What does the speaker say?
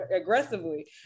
aggressively